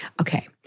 Okay